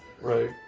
Right